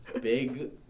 big